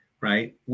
right